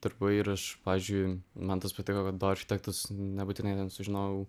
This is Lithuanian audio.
darbai ir aš pavyzdžiui man tas patiko kad do architektas nebūtinai ten sužinojau